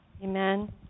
Amen